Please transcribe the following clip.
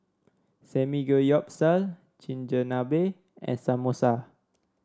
Samgeyopsal Chigenabe and Samosa